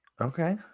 Okay